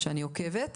שאני עוקבת.